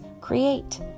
create